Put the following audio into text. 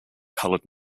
coloured